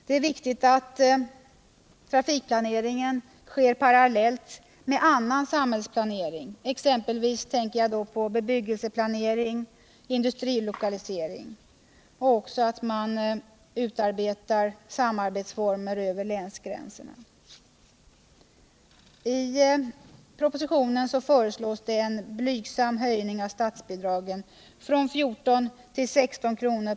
Det är viktigt att trafikplaneringen sker parallellt med annan samhällsplanering, exempelvis bebyggelseplanering och industrilokalisering. Man bör också utarbeta former för samarbete över länsgränserna. I propositionen föreslås en blygsam höjning av statsbidragen från 14 till 16 kr.